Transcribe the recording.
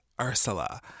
Ursula